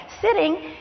sitting